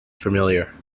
familiar